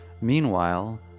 Meanwhile